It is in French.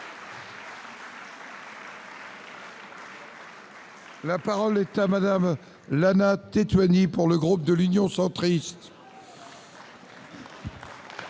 La parole est à Mme Lana Tetuanui, pour le groupe Union Centriste.